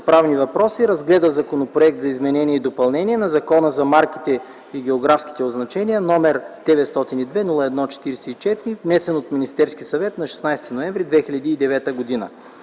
правни въпроси разгледа Законопроект за изменение и допълнение на Закона за марките и географските означения, № 902-01-44, внесен от Министерския съвет на 16 ноември 2009 г.